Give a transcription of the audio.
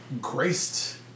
graced